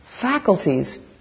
faculties